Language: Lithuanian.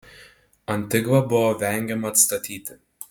antigvą buvo vengiama atstatyti